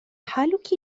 حالك